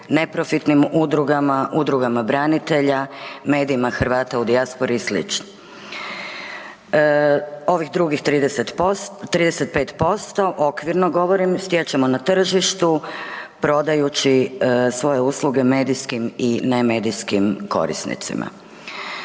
neprofitnim udrugama, udrugama branitelja, medijima Hrvata u dijaspori i sl. Ovih drugih 35%, okvirno govorim, stječemo na tržištu prodajući svoje usluge medijskim i nemedijskim korisnicima.